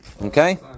Okay